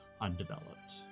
undeveloped